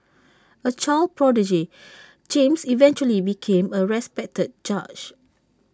A child prodigy James eventually became A respected judge